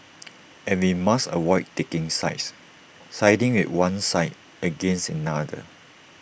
and we must avoid taking sides siding with one side against another